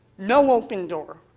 no open door.